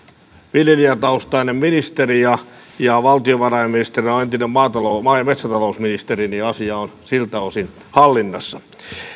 viljelijätaustainen ministeri ja ja valtiovarainministerinä on entinen maa ja metsätalousministeri niin asia on siltä osin hallinnassa